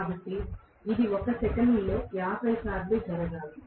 కాబట్టి ఇది 1 సెకనులో 50 సార్లు జరగాలి